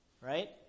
Right